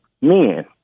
men